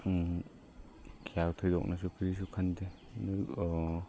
ꯀꯌꯥ ꯊꯣꯏꯗꯣꯛꯅꯁꯨ ꯀꯔꯤꯁꯨ ꯈꯟꯗꯦ ꯑꯗꯨ